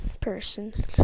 person